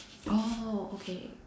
oh okay